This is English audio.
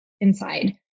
inside